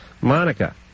Monica